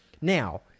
Now